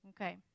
Okay